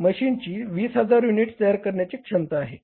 मशीनची 20000 युनिट्स तयार करण्याची क्षमता आहे